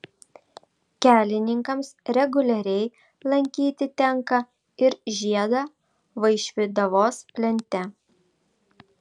kelininkams reguliariai lankyti tenka ir žiedą vaišvydavos plente